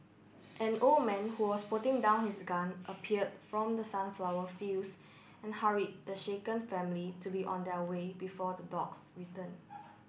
an old man who was putting down his gun appeared from the sunflower fields and hurried the shaken family to be on their way before the dogs return